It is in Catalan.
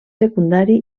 secundari